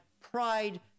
pride